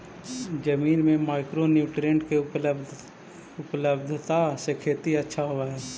जमीन में micro nutrient के उपलब्धता से खेती अच्छा होब हई